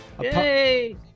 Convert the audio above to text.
Yay